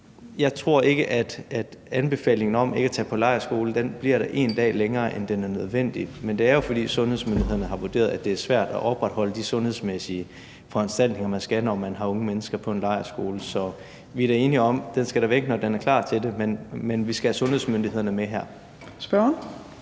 Jeg tror ikke, at anbefalingen om ikke at tage på lejrskole bliver der én dag længere, end den er nødvendig. Men det er jo, fordi sundhedsmyndighederne har vurderet, at det er svært at opretholde de sundhedsmæssige foranstaltninger, man skal gøre, når man har unge mennesker på en lejrskole. Så vi er da enige om, at den skal væk, når der er klart til det, men vi skal have sundhedsmyndighederne med her.